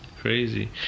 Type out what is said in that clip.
Crazy